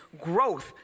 growth